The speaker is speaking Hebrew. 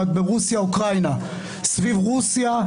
ברוסיה, אוקראינה, סביב רוסיה,